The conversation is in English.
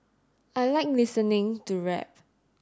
I like listening to rap